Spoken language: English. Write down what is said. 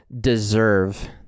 deserve